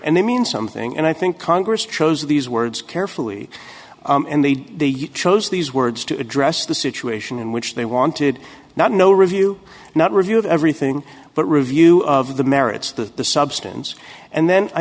and they mean something and i think congress chose these words carefully and the chose these words to address the situation in which they wanted not no review not review of everything but review of the merits the substance and then i